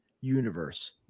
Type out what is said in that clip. universe